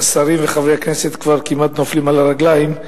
כשהשרים וחברי הכנסת כבר כמעט נופלים מהרגליים,